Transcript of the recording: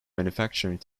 manufacturing